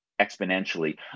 exponentially